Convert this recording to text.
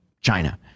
China